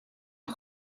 een